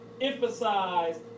emphasize